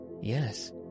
Yes